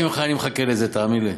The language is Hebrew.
רק ממך אני מחכה לזה, תאמין לי.